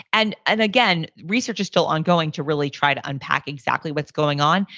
and and again, research is still ongoing to really try to unpack exactly what's going on.